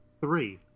three